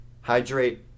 hydrate